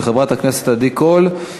של חברת הכנסת עדי קול.